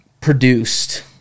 produced